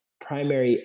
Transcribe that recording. primary